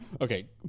Okay